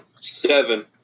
Seven